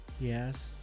Yes